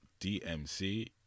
DMC